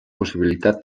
possibilitat